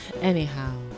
Anyhow